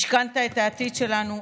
משכנת את העתיד שלנו,